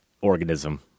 organism